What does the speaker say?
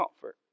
comfort